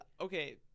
okay